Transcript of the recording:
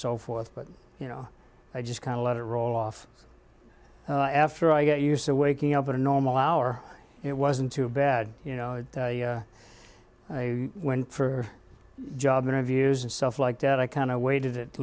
so forth but you know i just kind of let it roll off after i got used to waking up at a normal hour it wasn't too bad you know i went for job interviews and stuff like that i kind of waited